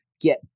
get